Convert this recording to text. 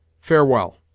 Farewell